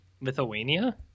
Lithuania